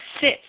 sit